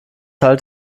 halt